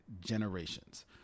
generations